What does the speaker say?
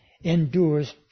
endures